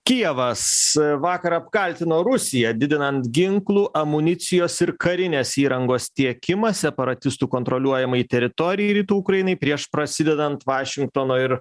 kijevas vakar apkaltino rusiją didinant ginklų amunicijos ir karinės įrangos tiekimą separatistų kontroliuojamai teritorijai rytų ukrainai prieš prasidedant vašingtono ir